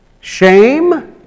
shame